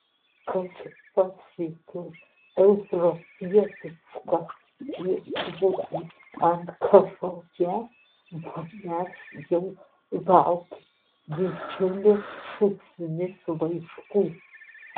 kai pasiekiau europietišką viešbutį ankaroje manęs jau laukė didžiulė šūsnis laiškų